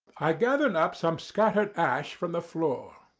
i gathered up some scattered ash from the floor.